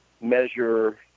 measure